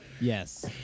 Yes